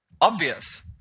obvious